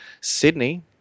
Sydney